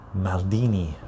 Maldini